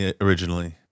originally